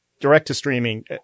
direct-to-streaming